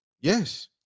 Yes